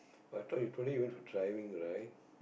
but I thought you today you went for driving right